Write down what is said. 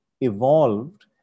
evolved